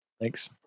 Thanks